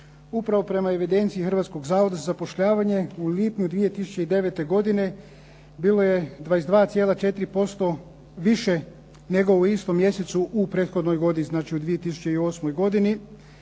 Upravo prema evidenciji Hrvatskog zavoda za zapošljavanje u lipnju 2009. godine bilo je 22,4% više nego u istom mjesecu u prethodnoj godini, znači u 2008. godini,